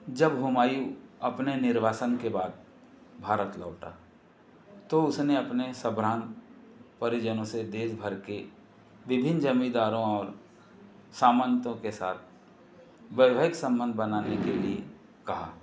जब हुमायूँ अपने निर्वासन के बाद भारत लौटा तो उसने अपने सभ्रान्त परिजनों से देशभर के विभिन्न जमींदारों और सामंतों के साथ वैवहिक संबंध बनाने के लिए कहा